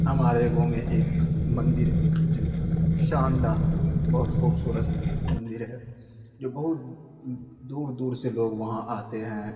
ہمارے گاؤں میں ایک مندر ہے جو شاندہ بہت خوبصورت مندر ہے جو بہت دور دور سے لوگ وہاں آتے ہیں